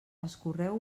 escorreu